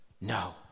No